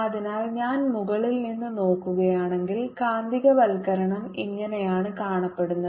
അതിനാൽ ഞാൻ മുകളിൽ നിന്ന് നോക്കുകയാണെങ്കിൽ കാന്തികവൽക്കരണം ഇങ്ങനെയാണ് കാണപ്പെടുന്നത്